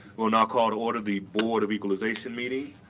will now call to order the board of equalization meeting.